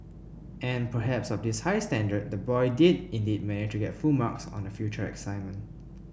and perhaps of this high standard the boy did indeed manage to get full marks on a future assignment